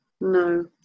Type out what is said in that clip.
no